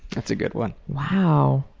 that's a good one. wow.